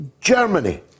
Germany